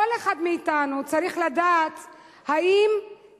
כל אחד מאתנו צריך לדעת אם באמת